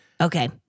Okay